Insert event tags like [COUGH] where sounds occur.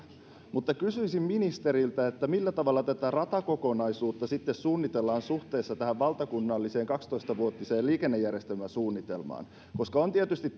mutta kysyisin ministeriltä millä tavalla tätä ratakokonaisuutta sitten suunnitellaan suhteessa tähän valtakunnalliseen kaksitoista vuotiseen liikennejärjestelmäsuunnitelmaan on tietysti [UNINTELLIGIBLE]